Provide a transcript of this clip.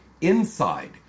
inside